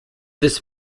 this